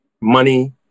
money